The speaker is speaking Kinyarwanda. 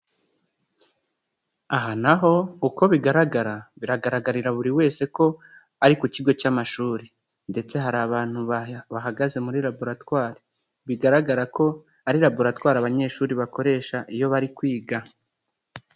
Aha naho uko bigaragara, biragaragarira buri wese ko ari ku kigo cy'amashuri ndetse hari abantu bahagaze muri laboratwari, bigaragara ko ari laboratwari abanyeshuri bakoresha iyo bari kwiga.